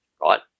right